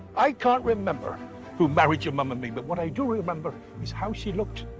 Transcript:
i can't remember who married your mum and me, but what i do remember is how she looked,